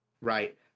Right